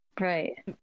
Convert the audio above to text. right